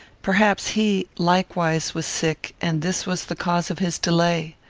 perhaps he, likewise, was sick, and this was the cause of his delay.